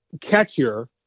catcher